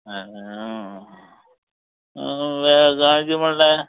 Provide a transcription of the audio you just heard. गावची म्हटल्यार